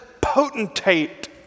potentate